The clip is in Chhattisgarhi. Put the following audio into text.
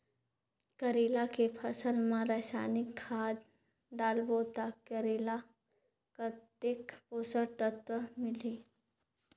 करेला के फसल मा रसायनिक खाद डालबो ता करेला कतेक पोषक तत्व मिलही?